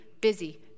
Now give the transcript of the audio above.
busy